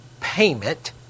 payment